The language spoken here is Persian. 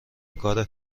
کار